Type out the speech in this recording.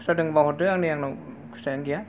खुस्रा दंबा हरदो नै आंनाव खुस्रायानो गैया